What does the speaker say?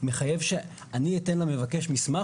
מחייב שאני אתן למבקש מסמך,